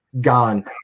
gone